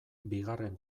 bigarren